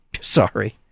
Sorry